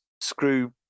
screw